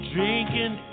Drinking